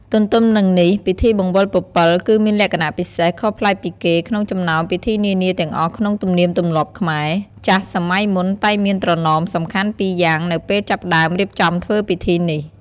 ទន្ទឹមនឹងនេះ ពិធីបង្វិលពពិល គឺ មានលក្ខណៈពិសេសខុសប្លែកពីគេ ក្នុងចំណោមពិធីនានាទាំងអស់ក្នុងទំនៀមទម្លាប់ខ្មែរ ។ ចាស់សម័យមុនតែងមានត្រណមសំខាន់ពីរយ៉ាងនៅពេលចាប់ផ្តើមរៀបចំធ្វើពិធីនេះ។